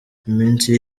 iminsi